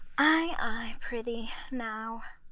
ay, ay, prithee now.